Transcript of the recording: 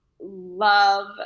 love